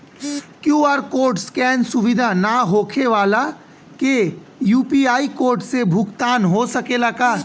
QR code scan सुविधा ना होखे वाला के यू.पी.आई कोड से भुगतान हो सकेला का?